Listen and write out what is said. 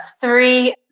three